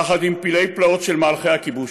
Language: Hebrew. יחד עם פלאי-פלאות של מהלכי הכיבוש.